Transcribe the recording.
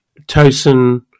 Tosin